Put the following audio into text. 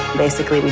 basically,